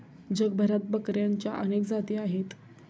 जगभरात बकऱ्यांच्या अनेक जाती आहेत